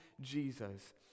Jesus